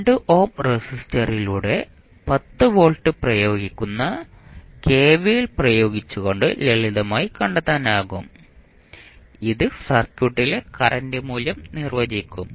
2 ohm റെസിസ്റ്റൻസിലൂടെ 10 volt പ്രയോഗിക്കുന്ന KVL പ്രയോഗിച്ചുകൊണ്ട് ലളിതമായി കണ്ടെത്താനാകും ഇത് സർക്യൂട്ടിലെ കറന്റ് മൂല്യം നിർവചിക്കും